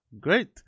Great